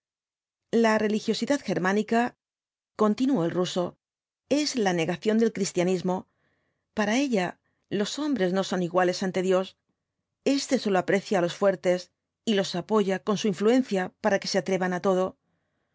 la religiosidad germánica continuó el ruso es la negación del cristianismo para ella los hombres no son los cuatro jinetes dhl apooalipsis iguales ante dios este sólo aprecia á los fuertes y los apoya con su influencia para que se atrevan á todo